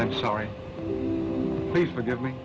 i'm sorry please forgive me